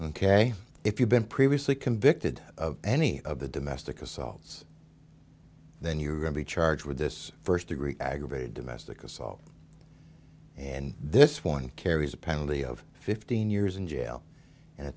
ok if you've been previously convicted of any of the domestic assaults then you're going to be charged with this first degree aggravated domestic assault and this one carries a penalty of fifteen years in jail and a